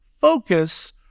focus